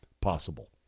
possible